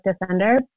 defender